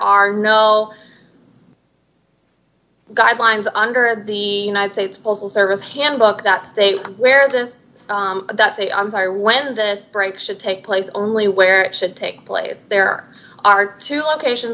are no guidelines under the united states postal service handbook that states where this that say i'm sorry when this break should take place only where it should take place there are two location